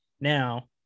now